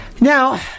Now